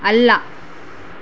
ಅಲ್ಲ